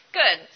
good